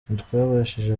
ntitwabashije